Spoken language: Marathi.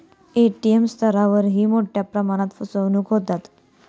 ए.टी.एम स्तरावरही मोठ्या प्रमाणात फसवणूक होते